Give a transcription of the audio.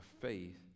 faith